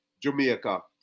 Jamaica